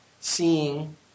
seeing